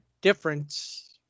difference